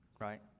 right